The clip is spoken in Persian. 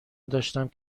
داشتم